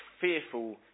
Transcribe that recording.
fearful